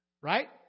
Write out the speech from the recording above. right